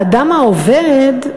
האדם העובד,